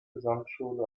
gesamtschule